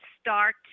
start